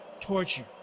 torture